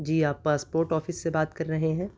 جی آپ passport office سے بات کر رہے ہیں